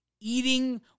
Eating